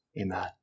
Amen